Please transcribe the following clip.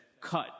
cut